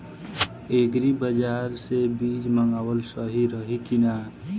Agri बाज़ार से बीज मंगावल सही रही की ना?